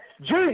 Jesus